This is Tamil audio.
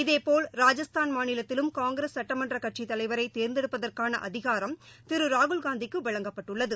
இதேபோல் மாநிலத்திலும் ராஜஸ்தான் காங்கிரஸ் சட்டமன்றக்கட்சித் தலைவரைதேர்ந்தெடுப்பதற்கானஅதிகாரம் திருராகுல்காந்திக்குவழங்கப்பட்டுள்ளது